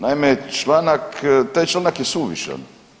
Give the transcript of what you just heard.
Naime, članak, taj članak je suvišan.